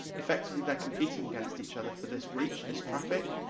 effectively, they're competing against each other for this reach, this traffic,